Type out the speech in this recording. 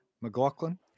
McLaughlin